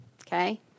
Okay